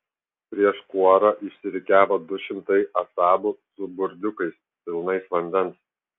prieš kuorą išsirikiavo du šimtai asabų su burdiukais pilnais vandens